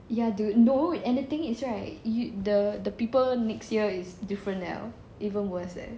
ya dude no and the thing is right you the people next year is different even worse leh